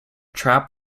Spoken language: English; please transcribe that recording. trap